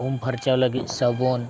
ᱩᱢ ᱯᱷᱟᱨᱪᱟᱣ ᱞᱟᱹᱜᱤᱫ ᱥᱟᱵᱚᱱ